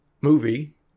movie